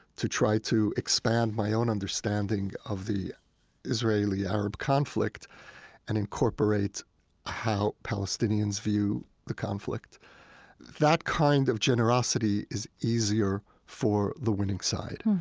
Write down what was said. to try to expand my own understanding of the israeli-arab conflict and incorporate how palestinians view the conflict that kind of generosity is easier for the winning side.